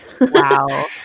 Wow